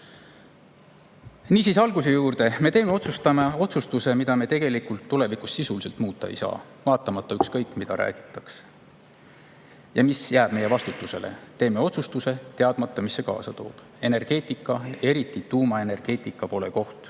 Niisiis, alguse juurde. Me teeme otsustuse, mida me tulevikus sisuliselt muuta ei saa, ükskõik mida räägitakse. Ja see jääb meie vastutusele. Me teeme otsustuse, teadmata, mis see kaasa toob. Energeetika, eriti tuumaenergeetika, pole koht